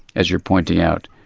as you're pointing out,